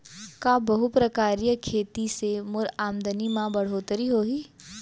का बहुप्रकारिय खेती से मोर आमदनी म बढ़होत्तरी होही?